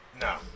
No